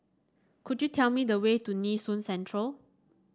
could you tell me the way to Nee Soon Central